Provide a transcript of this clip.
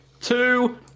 two